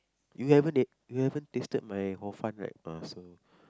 you haven't yet you haven't tasted my hor-fun right ah so